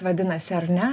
vadinasi ar ne